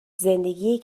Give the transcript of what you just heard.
زندگی